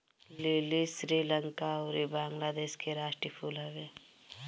लीली श्रीलंका अउरी बंगलादेश के राष्ट्रीय फूल हवे